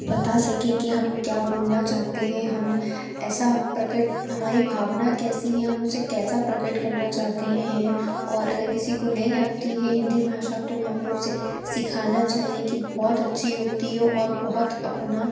बता सकें कि हम क्या बोलना चाहते हैं हम ऐसा प्रकट हमारी भावना कैसी हैं हम उसे कैसा प्रकट करना चाहते हैं और अगर किसी को नहीं आती है हिन्दी भाषा तो हमें उसे सिखाना चाहिए कि बहुत अच्छी होती है और बहुत अपना